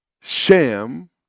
Shem